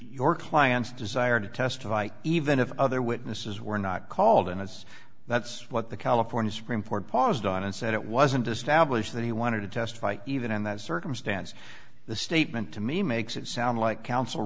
your client's desire to testify even if other witnesses were not called in as that's what the california supreme court paused on and said it wasn't established that he wanted to testify even in that circumstance the statement to me makes it sound like coun